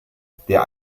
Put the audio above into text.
der